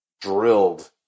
drilled